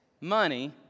money